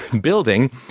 building